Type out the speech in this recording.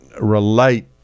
relate